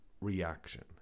reaction